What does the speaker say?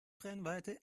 brennweite